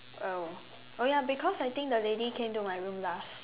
oh oh ya because I think the lady came to my room last